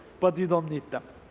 but you don't need them.